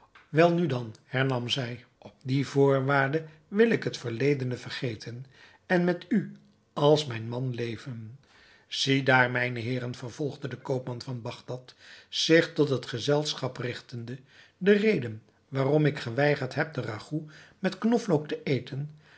welnu dan hernam zij op die voorwaarde wil ik het verledene vergeten en met u als met mijn man leven zie daar mijne heeren vervolgde de koopman van bagdad zich tot het gezelschap rigtende de reden waarom ik geweigerd hebt van de ragout met knoflook te eten